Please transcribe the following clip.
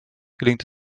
gelingt